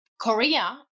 korea